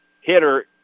hitter